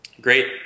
great